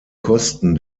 kosten